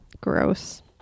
gross